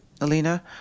Alina